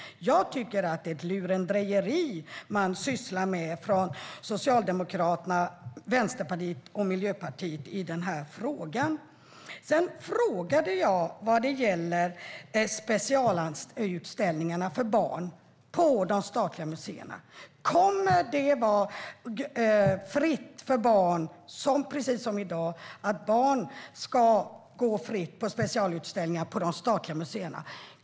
Jag tycker att Socialdemokraterna, Vänsterpartiet och Miljöpartiet sysslar med lurendrejeri. Jag ställde en fråga vad gäller specialutställningarna för barn på de statliga museerna. Kommer det att vara fritt inträde för barn, precis som i dag, på specialutställningar på de statliga museerna?